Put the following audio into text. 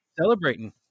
celebrating